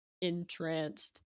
entranced